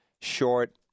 short